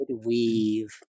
weave